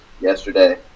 yesterday